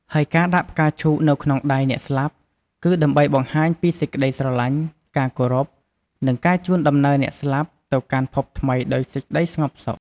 ហើយការដាក់ផ្កាឈូកនៅក្នុងដៃអ្នកស្លាប់ គឺដើម្បីបង្ហាញពីសេចក្តីស្រឡាញ់ ការគោរព និងការជូនដំណើរអ្នកស្លាប់ទៅកាន់ភពថ្មីដោយសេចក្តីស្ងប់សុខ។